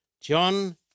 John